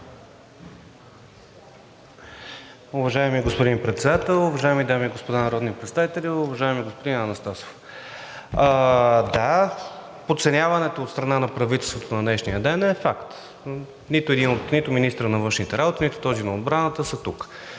Уважаеми господин Председател, уважаеми дами и господа народни представители! Уважаеми господин Анастасов, да, подценяването от страна на правителството на днешния ден е факт. Нито министърът на външните работи, нито този на отбраната са тук,